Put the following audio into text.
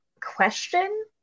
question